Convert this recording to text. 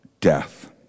death